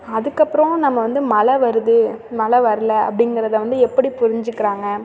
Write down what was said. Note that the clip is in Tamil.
அதுக்கப்புறம் நம்ம வந்து மழை வருது மழை வரல அப்படிங்கிறத வந்து எப்படி புரிஞ்சுக்கிறாங்க